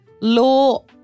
law